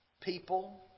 people